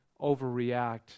overreact